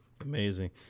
amazing